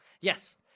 Yes